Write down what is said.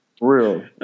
Real